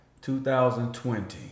2020